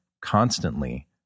constantly